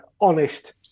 honest